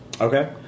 Okay